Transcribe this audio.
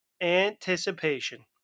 Anticipation